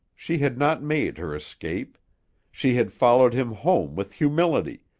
she had not made her escape she had followed him home with humility,